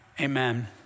Amen